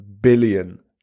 billion